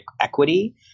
equity